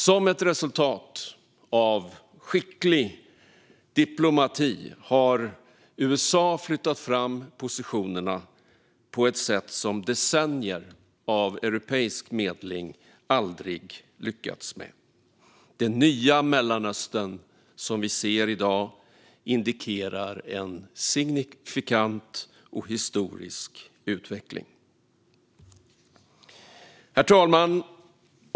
Som ett resultat av skicklig diplomati har USA flyttat fram positionerna på ett sätt som decennier av europeisk medling aldrig lyckats med. Det nya Mellanöstern som vi ser i dag indikerar en signifikant och historisk utveckling. Herr talman!